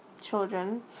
children